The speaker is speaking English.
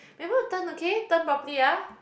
remember to turn okay turn properly ah